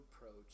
approach